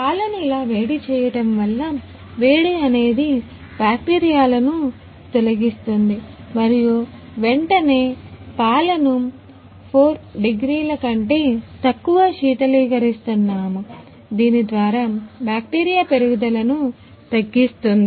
పాలను ఇలా వేడి చేయటం వల్ల వేడి అనేది అన్ని బ్యాక్టీరియాలను తొలగిస్తుంది మరియు వెంటనే పాలను 4 డిగ్రీల కంటే తక్కువ శీతలీకరిస్తున్నాము దీని ద్వారాబ్యాక్టీరియా పెరుగుదల ను తగిస్తుంది